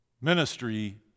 Ministry